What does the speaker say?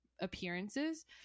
appearances